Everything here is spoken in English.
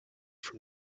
from